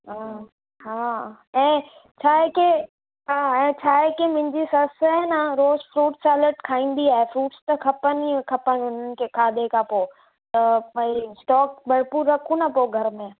हा हा ऐं छा आहे की ऐं छा आहे की मुंहिंजी ससु आहे न रोज फ़्रूट सेलेड खाईंदी आहे फ़्रूट्स त खपनि ई खपनि उन्हनि खे खादे खां पोइ त भई स्टॉक भरपूर रखूं न पोइ घर में